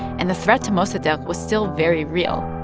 and the threat to mossadegh was still very real.